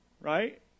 Right